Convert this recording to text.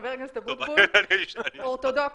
חבר הכנסת אבוטבול, גיור אורתודוקסי.